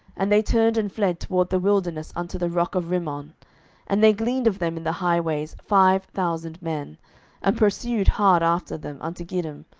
and they turned and fled toward the wilderness unto the rock of rimmon and they gleaned of them in the highways five thousand men and pursued hard after them unto gidom,